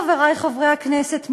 חברי חברי הכנסת,